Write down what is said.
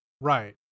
Right